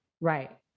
Right